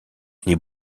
les